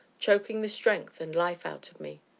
choking the strength and life out of me.